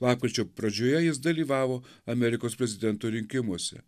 lapkričio pradžioje jis dalyvavo amerikos prezidento rinkimuose